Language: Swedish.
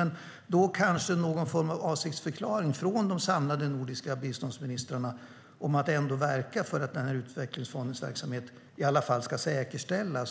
Men man skulle kanske kunna göra någon form av avsiktsförklaring från de nordiska biståndsministrarna om att verka för att den här utvecklingsfondens verksamhet i alla fall ska säkerställas,